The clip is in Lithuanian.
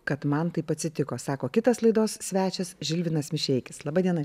kad man taip atsitiko sako kitas laidos svečias žilvinas mišeikis laba diena